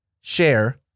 Share